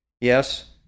Yes